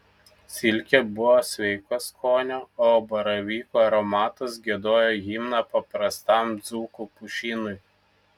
silkė buvo sveiko skonio o baravykų aromatas giedojo himną paprastam dzūkų pušynui